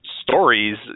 stories